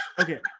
okay